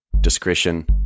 Discretion